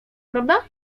prawda